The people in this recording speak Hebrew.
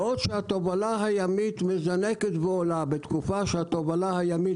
בעוד שהתובלה הימית מזנקת ועולה בתקופה שהתובלה הימית